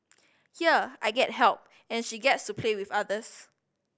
here I get help and she gets to play with others